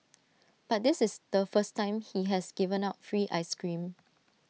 but this is the first time he has given out free Ice Cream